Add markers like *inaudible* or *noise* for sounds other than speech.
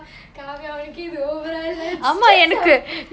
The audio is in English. *breath* kaviya ஒனக்கே இது:onake ithu over ah இல்ல:illa it's just so